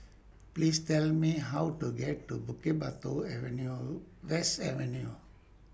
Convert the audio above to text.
Please Tell Me How to get to Bukit Batok Avenue West Avenue